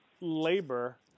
labor